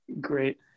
Great